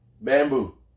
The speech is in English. Bamboo